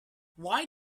why